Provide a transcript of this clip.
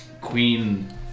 Queen